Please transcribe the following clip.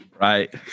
Right